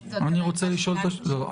--- לא,